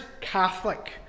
Catholic